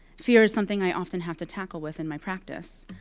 fear is something i often have to tackle with in my practice.